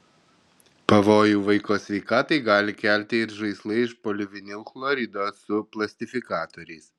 pavojų vaiko sveikatai gali kelti ir žaislai iš polivinilchlorido su plastifikatoriais